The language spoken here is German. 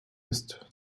ist